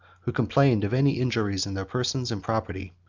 who complained of any injuries in their persons and property.